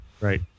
Right